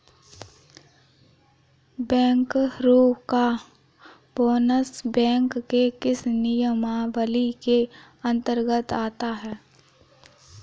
बैंकरों का bonus bank के किस नियमावली के अंतर्गत आता है?